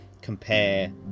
compare